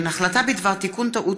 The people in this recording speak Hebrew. מאת חברי הכנסת בצלאל סמוטריץ,